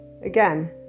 again